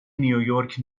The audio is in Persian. نیویورک